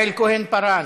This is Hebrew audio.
יעל כהן-פארן,